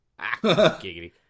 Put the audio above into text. giggity-